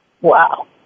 Wow